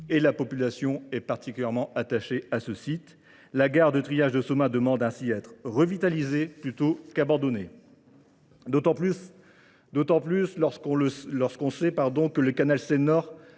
et la population est particulièrement attachée à ce site. La gare de triage de Sommin demande ainsi être revitalisée plutôt qu'abandonnée. D'autant plus lorsqu'on sait que le canal Seynor